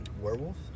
Werewolf